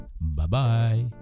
Bye-bye